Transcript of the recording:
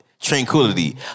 tranquility